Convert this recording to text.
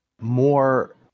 more